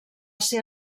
ser